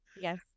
Yes